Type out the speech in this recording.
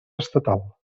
estatal